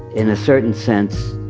in a certain sense,